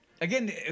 Again